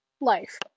life